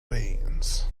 veins